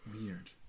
weird